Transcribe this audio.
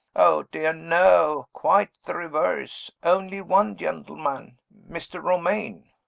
oh, dear, no! quite the reverse. only one gentleman mr. romayne.